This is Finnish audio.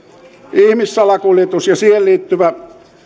ihmissalakuljetus ja siihen liittyvä